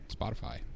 Spotify